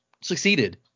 succeeded